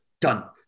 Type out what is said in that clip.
done